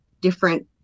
different